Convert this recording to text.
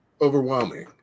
overwhelming